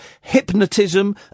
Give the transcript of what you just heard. hypnotism